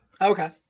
Okay